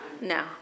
No